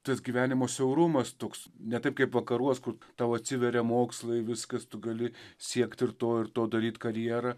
tas gyvenimo siaurumas toks ne taip kaip vakaruos kur tau atsiveria mokslai viskas tu gali siekt ir to ir to daryt karjerą